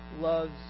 loves